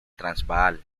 transvaal